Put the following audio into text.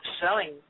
selling